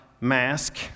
mask